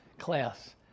Class